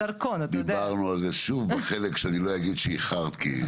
דיברנו כל הזמן על תגבור ופתיחת לשכות באוכלוסייה הבדואית.